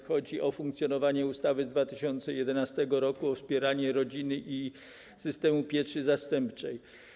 Chodzi o funkcjonowanie ustawy z 2011 r. o wspieraniu rodziny i systemie pieczy zastępczej.